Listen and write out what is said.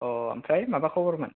आमफ्राय माबा खबर मोन